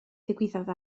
ddigwyddodd